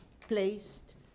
placed